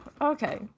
Okay